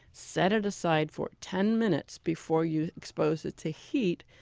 set it aside for ten minutes before you expose it to heat.